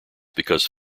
because